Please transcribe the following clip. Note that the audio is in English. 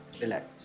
relax